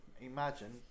imagine